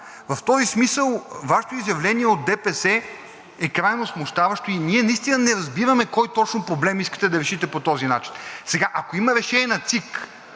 В този смисъл Вашето изявление от ДПС е крайно смущаващо и ние наистина не разбираме кой точно проблем искате да решите по този начин! Сега ако има решения на ЦИК,